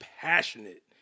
passionate